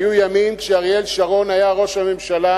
היו ימים, כשאריאל שרון היה ראש הממשלה,